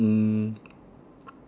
mm